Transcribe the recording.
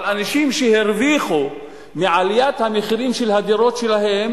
אבל אנשים שהרוויחו מעליית המחירים של הדירות שלהם